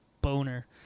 boner